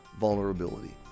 vulnerability